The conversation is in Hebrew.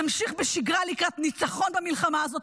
נמשיך בשגרה לקראת ניצחון במלחמה הזאת,